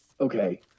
Okay